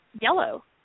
yellow